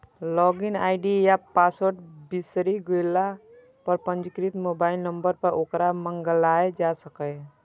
log in ID या password बिसरि गेला पर पंजीकृत मोबाइल नंबर पर ओकरा मंगाएल जा सकैए